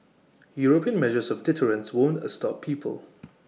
european measures of deterrence won't A stop people